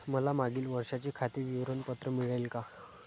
मला मागील वर्षाचे खाते विवरण पत्र मिळेल का?